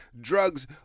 drugs